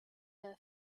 her